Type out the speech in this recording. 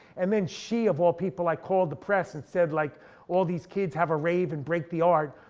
and then she of all people, like called the press and said like all these kids have a rave and break the art.